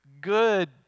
good